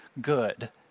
good